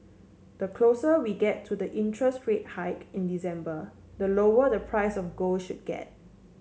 the closer we get to the interest rate hike in December the lower the price of gold should get